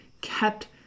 kept